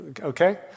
okay